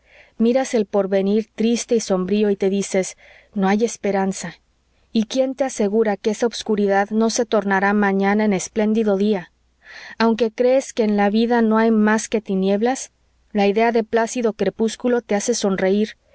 miras el porvenir triste y sombrío y te dices no hay esperanza y quién te asegura que esa obscuridad no se tornará mañana en espléndido día aunque crees que en la vida no hay más que tinieblas la idea de plácido crepúsculo te hace sonreir